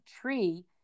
tree